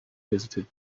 visited